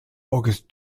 august